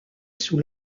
sous